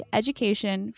education